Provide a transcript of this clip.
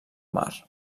mar